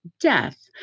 death